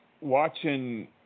watching